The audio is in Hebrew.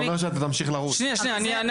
דנו